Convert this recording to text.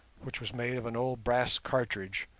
which was made of an old brass cartridge,